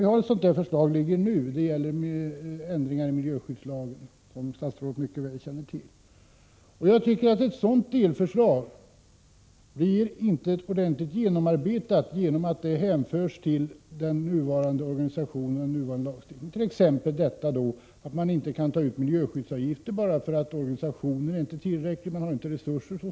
Vi har ett sådant förslag nu, om ändring i miljöskyddslagen, som statsrådet mycket väl känner till. Ett sådant delförslag blir inte ordentligt genomarbetat, eftersom det hänförs till den nuvarande organisationen och den nuvarande lagstiftningen. Ta t.ex. detta att man inte kan ta ut miljöskyddsavgifter bara därför att man saknar resurser och organisationen inte är tillräcklig. Så uppfattade jag svaret.